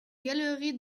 galerie